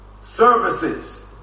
services